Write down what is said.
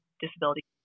disability